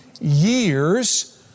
years